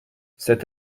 cet